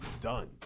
done